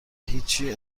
هیچی